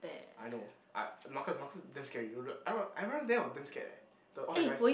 I know I Marcus Marcus is damn scary you know I remember everyone there was damn scared leh the all the guys